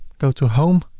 go to home,